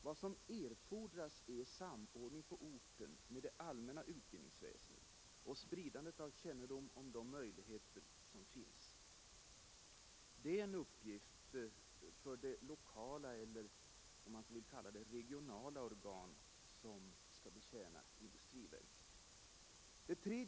Vad som erfordras är samordning på orten med det allmänna utbildningsväsendet och spridning av kännedom om de möjligheter som finns. Det är en uppgift Nr 83 för de lokala eller regionala organ som skall betjäna industriverket.